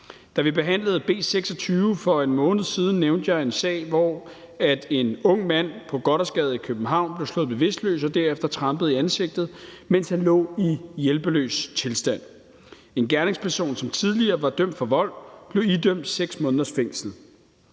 Da vi behandlede B 46 for en måned siden, nævnte jeg en sag, hvor en ung mand i Gothersgade i København blev slået bevidstløs og derefter trampet i ansigtet, mens han lå i hjælpeløs tilstand. En gerningsperson, som tidligere var dømt for vold, blev idømt 6 måneders fængsel.